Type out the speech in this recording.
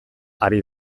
ari